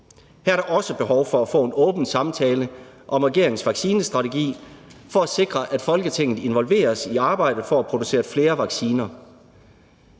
Her er der også behov for at få en åben samtale om regeringens vaccinestrategi for at sikre, at Folketinget involveres i arbejdet for at producere flere vacciner.